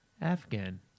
Afghan